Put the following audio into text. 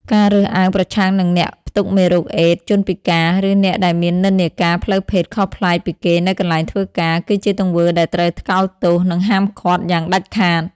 ការរើសអើងប្រឆាំងនឹងអ្នកផ្ទុកមេរោគអេដស៍ ជនពិការ ឬអ្នកដែលមាននិន្នាការផ្លូវភេទខុសប្លែកពីគេនៅកន្លែងធ្វើការ គឺជាទង្វើដែលត្រូវថ្កោលទោស និងហាមឃាត់យ៉ាងដាច់ខាត។